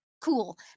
Cool